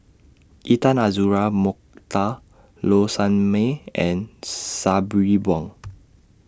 Intan Azura Mokhtar Low Sanmay and Sabri Buang